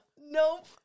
Nope